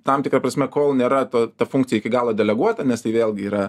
tam tikra prasme kol nėra to ta funkcija iki galo deleguota nes tai vėlgi yra